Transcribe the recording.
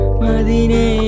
madine